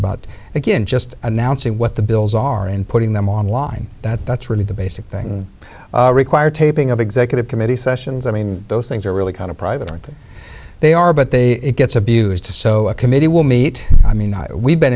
about again just announcing what the bills are and putting them on line that that's really the basic thing required taping of executive committee sessions i mean those things are really kind of private and they are but they it gets abused to so a committee will meet i mean we've been